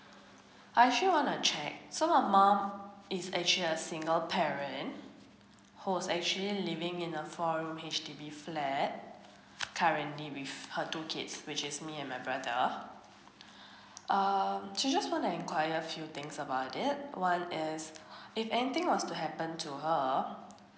I actually want to check so my mom it's actually a single parent and who is actually living in a four room H_D_B flat currently with her two kids which is me and my brother uh so just wanna enquire few things about it one is if anything was to happen to her